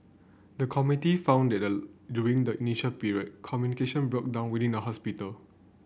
the committee found that during the initial period communication broke down within the hospital